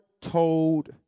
told